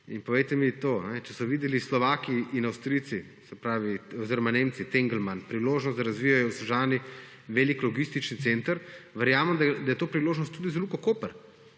Povejte mi to, če so videli Slovaki in Avstrijci oziroma Nemci, Tengelmann, priložnost, da razvijejo v Sežani velik logistični center, verjamem, da je to priložnost tudi za Luko Koper.